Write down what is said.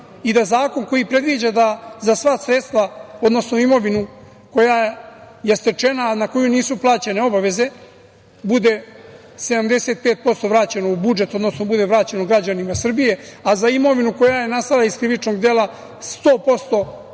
i da zakon koji predviđa da za sva sredstva, odnosno imovinu koja je stečena, a na koju nisu plaćene obaveze bude 75% vraćeno u budžet, odnosno bude vraćeno građanima Srbije, a za imovinu koja je nastala iz krivičnog dela 100%